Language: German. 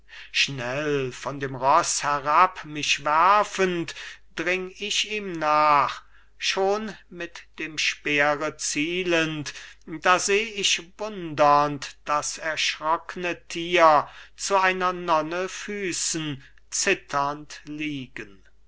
schnell von dem roß herab mich werfend dring ich ihm nach schon mit dem speere zielend da seh ich wundern das erschrockne thier zu einer nonne füßen zitternd liegen